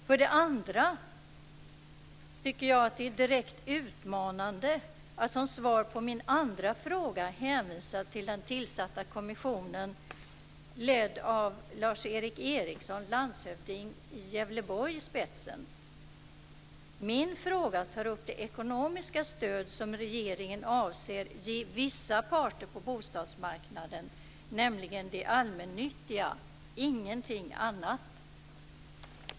För det andra tycker jag att det är direkt utmanande att som svar på min andra fråga hänvisa till den tillsatta kommissionen, ledd i spetsen av Lars Eric Ericsson, landshövding i Gävleborg. Min fråga tar upp det ekonomiska stöd som regeringen avser att ge vissa parter på bostadsmarknaden, nämligen de allmännyttiga, ingenting annat.